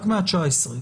מה-19,